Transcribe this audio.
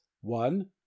one